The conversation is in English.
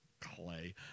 Clay